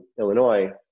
Illinois